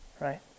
right